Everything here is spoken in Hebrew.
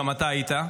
גם אתה היית,